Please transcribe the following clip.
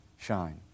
shine